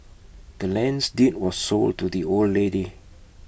the land's deed was sold to the old lady